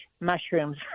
mushrooms